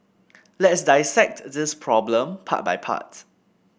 let's dissect this problem part by part